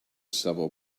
several